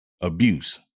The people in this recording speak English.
abuse